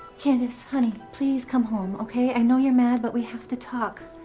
candace, honey, please come home, okay? i know you're mad, but we have to talk.